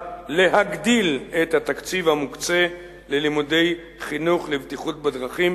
להגדלת התקציב המוקצה ללימודי חינוך לבטיחות בדרכים